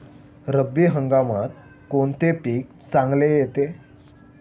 रब्बी हंगामात कोणते पीक चांगले येते?